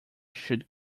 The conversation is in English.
should